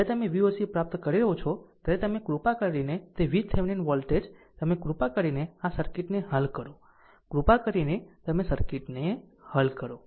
જ્યારે તમે તે Voc પ્રાપ્ત કરી રહ્યાં છો ત્યારે તમે કૃપા કરીને તે VThevenin વોલ્ટેજ તમે કૃપા કરીને આ સર્કિટને હલ કરો કૃપા કરીને તમે આ સર્કિટને હલ કરો